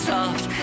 Soft